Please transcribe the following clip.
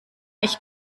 ich